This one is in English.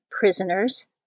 prisoners